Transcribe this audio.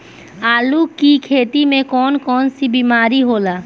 आलू की खेती में कौन कौन सी बीमारी होला?